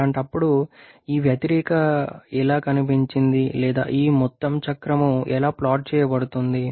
అలాంటప్పుడు ఈ వక్రరేఖ ఎలా కనిపించింది లేదా ఈ మొత్తం చక్రం ఎలా ప్లాట్ చేయబడింది